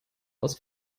aus